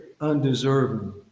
undeserving